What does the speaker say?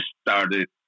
started